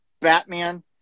Batman